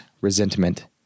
resentment